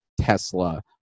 Tesla